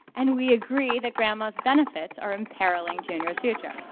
and we agree that grandma's benefits are imperiling junior's future.